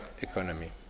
economy